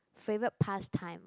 favourite pass time